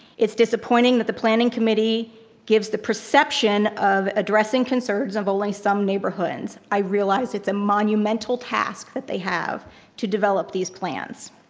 it's disappointing that the planning committee gives the perception of addressing concerns of only some neighborhoods and i realize it's a monumental task that they have to develop these plans.